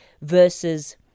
versus